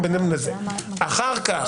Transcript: אחר כך,